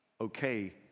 okay